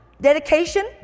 dedication